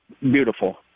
beautiful